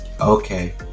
Okay